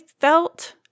felt